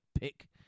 pick